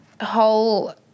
whole